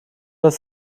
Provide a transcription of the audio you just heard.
als